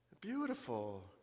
Beautiful